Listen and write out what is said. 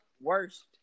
worst